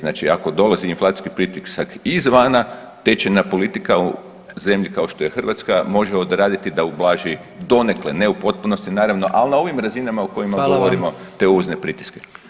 Znači ako dolazi inflacijski pritisak izvana, tečajna politika u zemlji kao što je Hrvatska može odraditi da ublaži donekle, ne u potpunosti naravno, al na ovim razinama u kojima govorimo te uvozne pritiske.